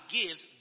gives